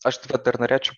aš tai va dar norėčiau